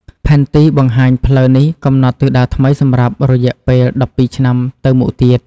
ផែនទីបង្ហាញផ្លូវនេះកំណត់ទិសដៅថ្មីសម្រាប់រយៈពេល១២ឆ្នាំទៅមុខទៀត។